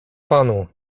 panu